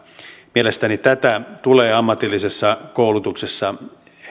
mielestäni tätä tulee ammatillisessa koulutuksessa